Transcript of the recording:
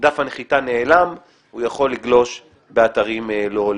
דף הנחיתה נעלם והוא יכול לגלוש באתרים לא הולמים.